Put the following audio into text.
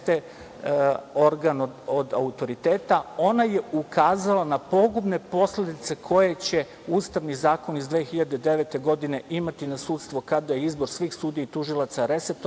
organ od autoriteta. Ona je ukazala na pogubne posledice koje će ustavni zakoni iz 2009. godine imati na sudstvo, kada je izbor svih sudija i tužilaca resetovan